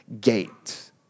gate